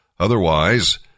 Otherwise